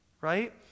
right